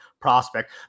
prospect